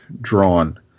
drawn